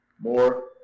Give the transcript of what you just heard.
more